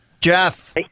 Jeff